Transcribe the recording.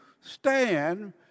stand